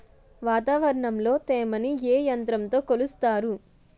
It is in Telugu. వాతావరణంలో తేమని ఏ యంత్రంతో కొలుస్తారు?